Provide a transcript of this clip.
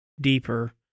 deeper